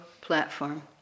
platform